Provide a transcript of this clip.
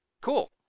cool